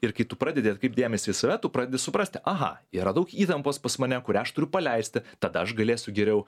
ir kai tu pradedi atkreipt dėmesį į save tu pradedi suprasti aha yra daug įtampos pas mane kurią aš turiu paleisti tada aš galėsiu geriau